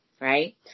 Right